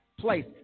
place